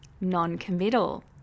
non-committal